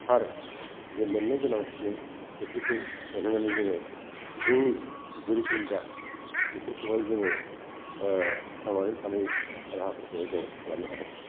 थार जे मोननो गोनां सुबुं बेफोरखौ मोनहोनानै जोङो जोंनि गोरिब गुन्द्रा बेफोरखौहाय जोङो थांनानै थानाय राहाफोरखौहाय जोङो खालामनो हादों